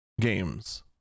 games